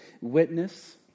Witness